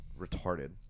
retarded